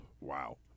Wow